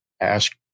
ask